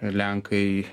ir lenkai